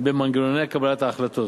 במנגנוני קבלת ההחלטות.